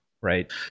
Right